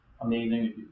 amazing